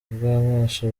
bw’amaso